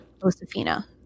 josephina